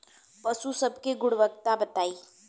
पशु सब के गुणवत्ता बताई?